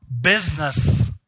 business